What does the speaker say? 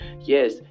Yes